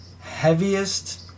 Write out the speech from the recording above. heaviest